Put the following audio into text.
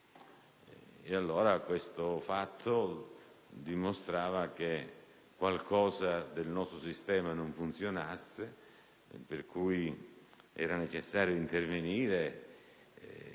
insieme. Questo dimostra che qualcosa del nostro sistema non funziona, per cui era necessario intervenire.